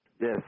yes